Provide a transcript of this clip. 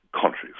countries